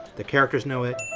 the characters know it,